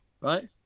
right